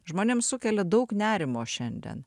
žmonėms sukelia daug nerimo šiandien